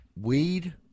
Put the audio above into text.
Weed